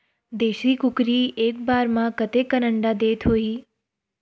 देशी कुकरी एक बार म कतेकन अंडा देत होही?